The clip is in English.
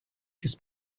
his